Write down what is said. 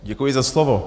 Děkuji za slovo.